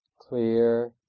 clear